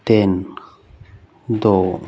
ਤਿੰਨ ਦੋ